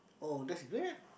oh that's great